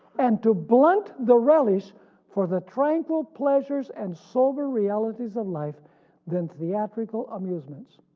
and to blunt the relish for the tranquil pleasures and sober realities of life than theatrical amusements.